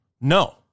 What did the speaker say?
no